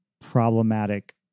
problematic